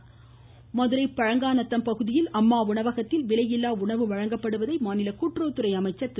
செல்லூர் ராஜு பழங்கானத்தம் பகுதியில் அம்மா உணவகத்தில் விலையில்லா மதுரை வழங்கப்படுவதை மாநில கூட்டுறவுத்துறை அமைச்சர் திரு